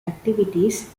activities